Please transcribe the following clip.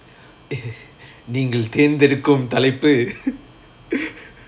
நீங்கள் தேந்தெடுக்கும் தலைப்பு:neengal thernthaedukum thalaippu